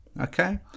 Okay